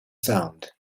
sound